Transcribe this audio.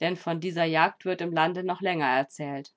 denn von dieser jagd wird im lande noch länger erzählt